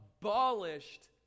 abolished